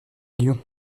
lyon